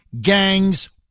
gangs